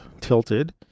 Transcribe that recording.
tilted